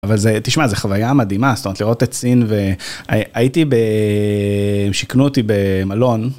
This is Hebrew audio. אבל זה, תשמע, זו חוויה מדהימה, זאת אומרת, לראות את סין, והייתי ב.. שכנו אותי במלון.